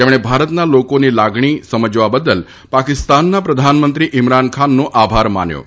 તેમણે ભારતના લોકોની લાગણી સમજવા બદલ પાકિસ્તાનના પ્રધાનમંત્રી ઇમરાન ખાનનો આભાર માન્યો હતો